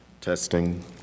testing